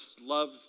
love